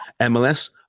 MLS